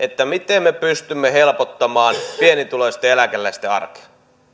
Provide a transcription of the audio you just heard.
miten me pystymme helpottamaan pienituloisten eläkeläisten arkea